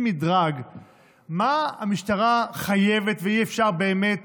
מדרג של מה המשטרה חייבת ואי-אפשר באמת